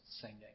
singing